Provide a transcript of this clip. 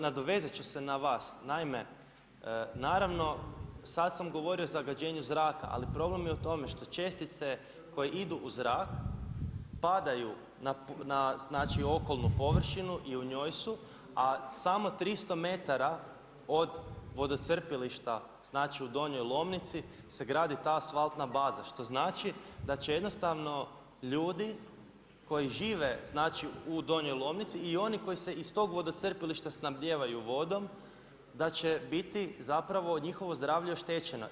Nadovezat ću se na vas, naime naravno sad sam govorio o zagađenju zraka ali problem je u tome što čestice koje idu u zrak padaju na okolnu površinu i u njoj su a samo 300 metara od vodocrpilišta, znači u Donjoj Lomnici se gradi ta asfaltna baza što znači da će jednostavno ljudi koji žive u Donjoj Lomnici i oni koji se iz tog vodocrpilišta snabdijevaju vodom, da će biti zapravo njihovo zdravlje oštećeno.